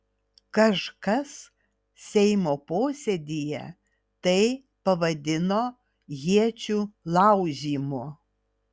kažkas seimo posėdyje tai pavadino iečių laužymu